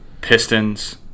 Pistons